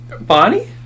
Bonnie